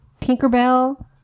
Tinkerbell